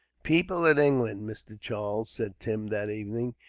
people in england, mister charles, said tim that evening,